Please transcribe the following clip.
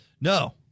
No